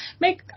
make